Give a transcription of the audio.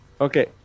Okay